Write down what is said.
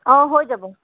অঁ হৈ যাব